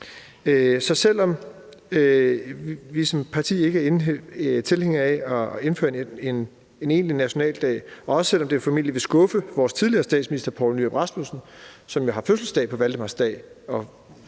Så vi er som parti ikke tilhængere af at indføre en egentlig nationaldag, og selv om det formentlig vil skuffe vores tidligere statsminister Poul Nyrup Rasmussen, som jo har fødselsdag på valdemarsdag